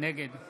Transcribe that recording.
נגד